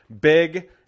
Big